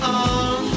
on